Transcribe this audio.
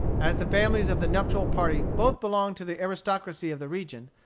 as the families of the nuptial party both belonged to the aristocracy of the region,